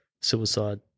suicide